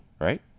right